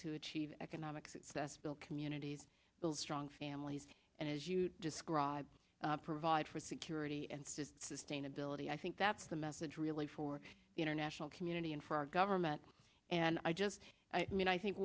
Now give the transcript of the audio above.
to achieve economic success build communities build strong families and as you described provide for security and sustainability i think that's the message really for the international community and for our government and i just i mean i think